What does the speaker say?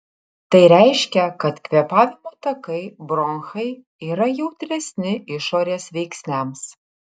tai reiškia kad kvėpavimo takai bronchai yra jautresni išorės veiksniams